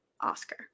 Oscar